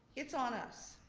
it's on us,